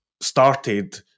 started